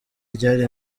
ryari